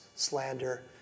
slander